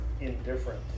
indifferent